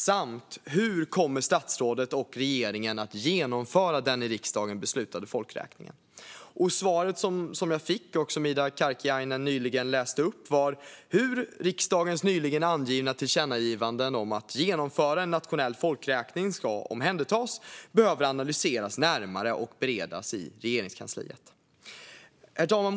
Och hur kommer statsrådet och regeringen att genomföra den av riksdagen beslutade folkräkningen? Det svar som jag fick, som Ida Karkiainen nyss läste upp, var att riksdagens tillkännagivanden om att genomföra en nationell folkräkning ska omhändertas, att de behöver analyseras närmare och att de ska beredas i Regeringskansliet. Herr talman!